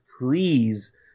please